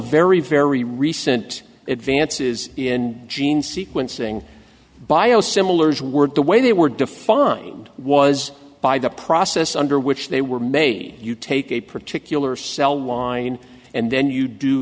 very very recent advances in gene sequencing biosimilars were the way they were defined was by the process under which they were made you take a particular cell line and then you do